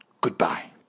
Goodbye